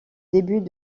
début